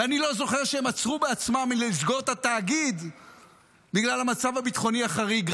ואני לא זוכר שהם עצרו עצמם מלסגור את התאגיד בגלל המצב הביטחוני החריג.